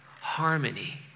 harmony